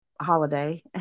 holiday